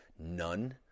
none